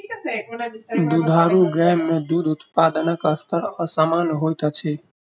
दुधारू गाय मे दूध उत्पादनक स्तर असामन्य होइत अछि